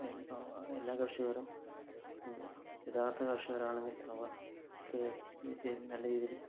എല്ലാ കർഷകരും യഥാർഥ കർഷകരാണെങ്കിൽ അവർക്ക് നല്ല രീതിയില്